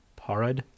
Parad